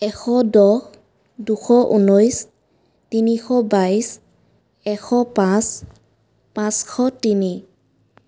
এশ দহ দুশ ঊনৈছ তিনিশ বাইছ এশ পাঁচ পাঁচশ তিনি